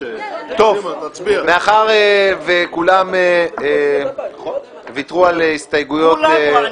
מאחר שכולם ויתרו על הסתייגויות דיבור --- אני